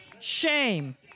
shame